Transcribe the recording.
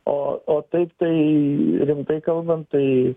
o o taip tai rimtai kalbant tai